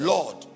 Lord